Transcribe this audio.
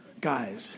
guys